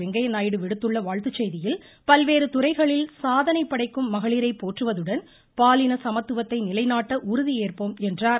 வெங்கய்ய நாயுடு விடுத்துள்ள வாழ்த்துச் செய்தியில் பல்வேறு துறைகளில் சாதனை படைக்கும் மகளிரை போற்றுவதுடன் பாலின சமத்துவத்தை நிலைநாட்ட உறுதியேற்போம் என்றார்